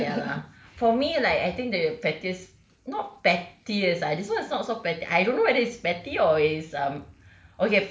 ya lah ya lah for me like I think the pettiest not pettiest lah this [one] is not so petty I don't know whether it's petty or it's um